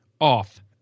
off